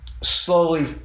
slowly